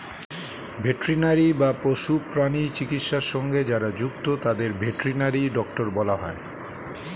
veterinary বা পশু প্রাণী চিকিৎসা সঙ্গে যারা যুক্ত তাদের ভেটেরিনারি ডক্টর বলা হয়